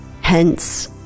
Hence